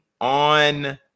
on